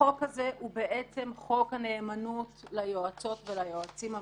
החוק הזה הוא בעצם חוק הנאמנות ליועצות וליועצים המשפטיים.